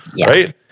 right